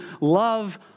love